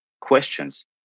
questions